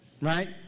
right